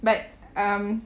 but um